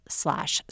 slash